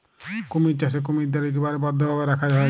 কুমির চাষে কুমিরদ্যার ইকবারে বদ্ধভাবে রাখা হ্যয়